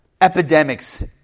epidemics